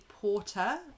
porter